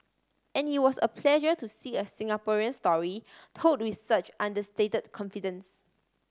and it was a pleasure to see a Singaporean story told with such understated confidence